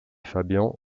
fabian